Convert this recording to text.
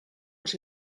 els